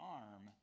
arm